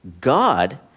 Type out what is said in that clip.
God